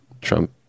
Trump